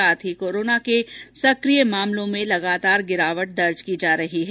साथ में कोरोना के सकिय मामालों में निरन्तर गिरावट दर्ज की जा रही है